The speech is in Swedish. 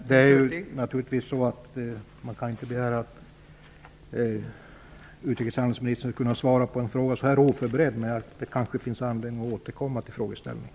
Fru talman! Man kan naturligtvis inte begära att utrikeshandelsministern oförberedd skall kunna svara på en sådan här fråga. Det kanske finns anledning att återkomma till frågeställningen.